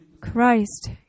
Christ